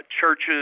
churches